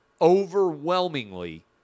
overwhelmingly